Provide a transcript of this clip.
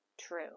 true